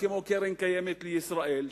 כמו קרן קיימת לישראל,